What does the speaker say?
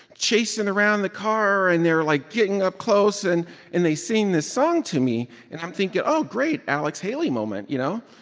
chasing around the car. and they're, like, getting up close. and and they sing this song to me and i'm thinking, oh, great, alex haley moment, you know?